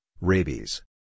rabies